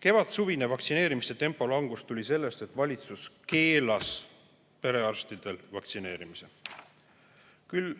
Kevadsuvine vaktsineerimistempo langus tuli sellest, et valitsus keelas perearstidel vaktsineerimise. Küll